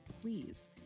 please